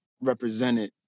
represented